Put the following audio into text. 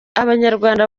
abanyarwanda